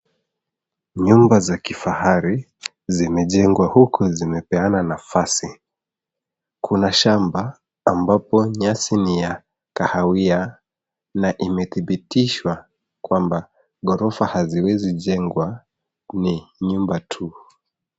Nyumba za kifahari zimejengwa huku zimepeana nafasi. Kuna shamba ambapo nyasi ni ya kahawia na imedhibitishwa kwamba ghorofa haziwezi jengwa ni nyumba tu.